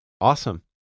awesome